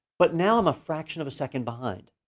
but now i'm a fraction of a second behind.